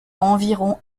environ